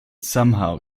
somehow